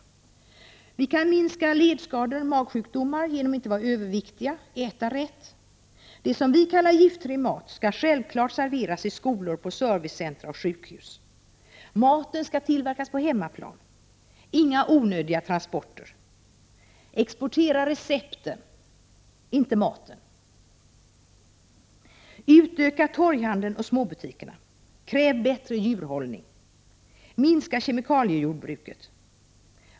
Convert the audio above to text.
Vi kan minska antalet ledskador och magsjukdomar genom att inte vara överviktiga utan äta rätt. Det vi kallar giftfri mat skall självfallet serveras i skolor, på servicecentra och sjukhus. Maten skall tillverkas på hemmaplan, inga onödiga transporter. ”Exportera” recepten, inte maten! Utöka torghandeln och småbutikerna! Kräv bättre djurhållning! Minska kemikaliejordbruket!